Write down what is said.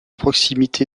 proximité